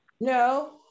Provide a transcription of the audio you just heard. No